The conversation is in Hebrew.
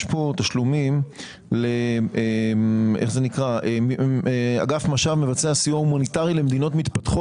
יש פה תשלומים לאגף- -- מבצע סיוע הומניטרי למדינות מתפתחות